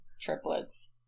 triplets